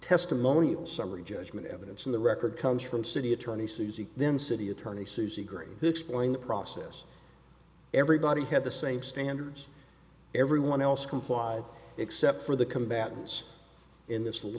testimony summary judgment evidence in the record comes from city attorney suzy then city attorney susie green explain the process everybody had the same standards everyone else complied except for the combatants in this little